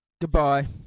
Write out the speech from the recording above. Goodbye